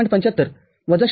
७५ वजा ०